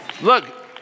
Look